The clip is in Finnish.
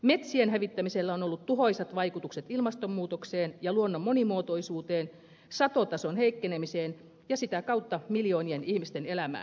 metsien hävittämisellä on ollut tuhoisat vaikutukset ilmastonmuutokseen ja luonnon monimuotoisuuteen satotason heikkenemiseen ja sitä kautta miljoonien ihmisen elämään